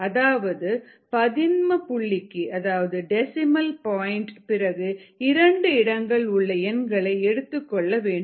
அதாவது பதின்ம புள்ளிக்கு அதாவது தேசிமல் பாயின்ட் பிறகு 2 இடங்கள் உள்ள எண்களை எடுத்துக் கொள்ள வேண்டும்